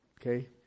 Okay